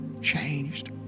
changed